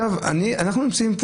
שאזרח ישראלי,